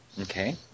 Okay